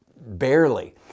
barely